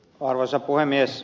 arvoisa puhemies